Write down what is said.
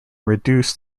reduced